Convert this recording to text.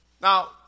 Now